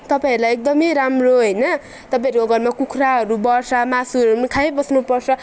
तपाईँहरूलाई एकदमै राम्रो होइन तपाईँहरूको घरमा कुखुराहरू बढ्छ मासुहरू पनि खाइबस्नुपर्छ